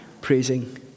praising